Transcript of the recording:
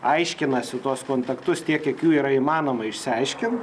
aiškinasi tuos kontaktus tiek kiek jų yra įmanoma išsiaiškint